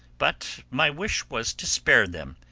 but my wish was to spare them,